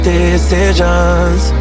decisions